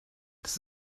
das